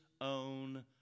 own